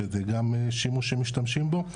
שזה גם שימוש שמשתמשים בו.